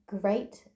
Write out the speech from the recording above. great